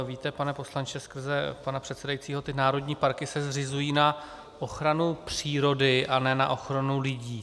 Víte, pane poslanče skrze pana předsedajícího, ty národní parky se zřizují na ochranu přírody a ne na ochranu lidí.